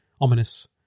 ominous